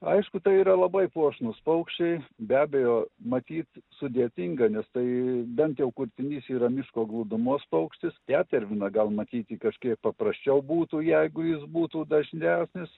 aišku tai yra labai puošnūs paukščiai be abejo matyt sudėtinga nes tai bent jau kurtinys yra miško glūdumos paukštis teterviną gal matyti kažkiek paprasčiau būtų jeigu jis būtų dažnesnis